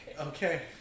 Okay